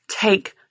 take